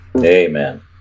Amen